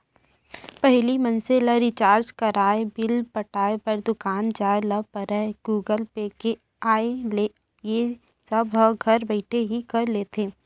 पहिली मनसे ल रिचार्ज कराय, बिल पटाय बर दुकान जाय ल परयए गुगल पे के आय ले ए सब ह घर बइठे ही कर लेथे